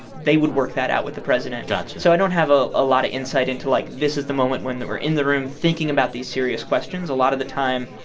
they would work that out with the president got you so i don't have ah a lot of insight into, like, this is the moment when we're in the room, thinking about these serious questions. a lot of the time,